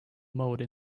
mode